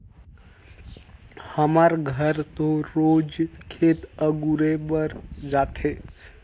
हमर घर तो रोज खेत अगुरे बर जाथे